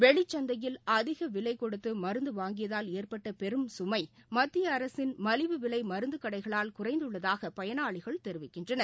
வெளிச்சந்தையில் அதிக விலை கொடுத்து மருந்து வாங்கியதால் ஏற்பட்ட பெரும்சுமை மத்திய அரசின் மலிவுவிலை மருந்துக் கடைகளால் குறைந்துள்ளதாக பயனாளிகள் தெரிவிக்கின்றனர்